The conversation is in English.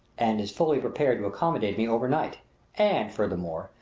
and is fully prepared to accommodate me over night and, furthermore,